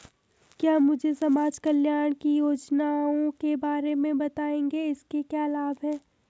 क्या मुझे समाज कल्याण की योजनाओं के बारे में बताएँगे इसके क्या लाभ हैं?